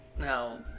Now